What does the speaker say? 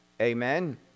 Amen